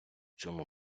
цьому